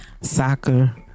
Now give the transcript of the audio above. soccer